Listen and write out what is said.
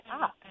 up